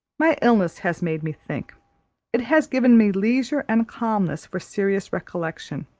my illness has made me think it has given me leisure and calmness for serious recollection.